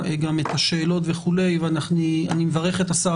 אני מברך את השר,